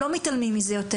לא מתעלמים מזה יותר.